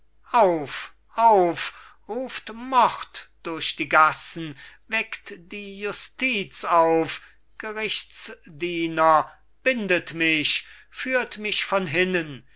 auf ruft mord durch die gassen weckt die justiz auf gerichtsdiener bindet mich führt mich von hinnen